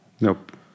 Nope